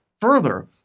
Further